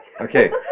Okay